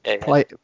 play